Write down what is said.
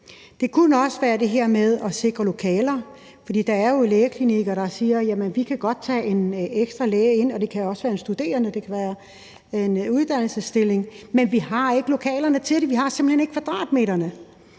Det kunne også være det her med at sikre lokaler. For der er jo lægeklinikker, der siger, at de godt kan tage en ekstra læge ind – og det kan også være en studerende, det kan være en uddannelsesstilling – men de har ikke lokalerne til det. De har simpelt hen ikke kvadratmetrene.